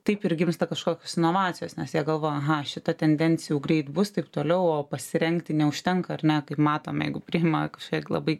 taip ir gimsta kažkokios inovacijos nes jie galvoja aha šita tendencija jau greit bus taip toliau o pasirengti neužtenka ar ne kaip matom jeigu priima kažkokia labai